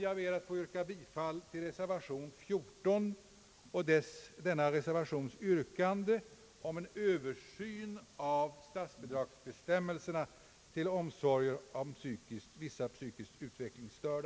Jag ber att få yrka bifall till den med 14 betecknade reservationen, i vilken yrkas på en översyn av statsbidragsbestämmelserna när det gäller omsorger om vissa psykiskt utvecklingsstörda.